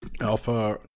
Alpha